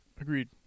Agreed